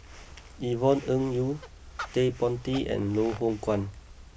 Yvonne Ng Uhde Ted De Ponti and Loh Hoong Kwan